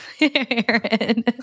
Aaron